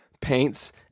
paints